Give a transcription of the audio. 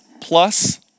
Plus